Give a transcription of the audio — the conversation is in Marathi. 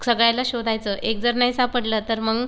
सगळ्यांना शोधायचं एक जर नाही सापडलं तर मग